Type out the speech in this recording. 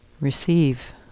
Receive